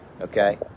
okay